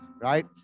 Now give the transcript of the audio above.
right